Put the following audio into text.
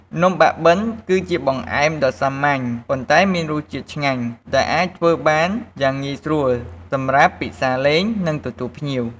នំបាក់បិនគឺជាបង្អែមដ៏សាមញ្ញ ប៉ុន្តែមានរសជាតិឆ្ងាញ់ ដែលអាចធ្វើបានយ៉ាងងាយស្រួលសម្រាប់ពិសារលេង ឬទទួលភ្ញៀវ។